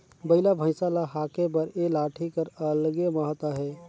बइला भइसा ल हाके बर ए लाठी कर अलगे महत अहे